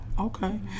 okay